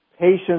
patients